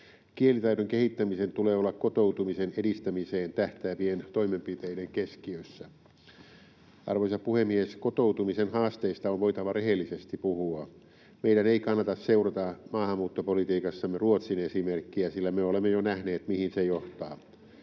Kielitaidon kehittämisen tulee olla kotoutumisen edistämiseen tähtäävien toimenpiteiden keskiössä. Arvoisa puhemies! Kotoutumisen haasteista on voitava rehellisesti puhua. Meidän ei kannata seurata maahanmuuttopolitiikassamme Ruotsin esimerkkiä, sillä me olemme jo nähneet, mihin se johtaa.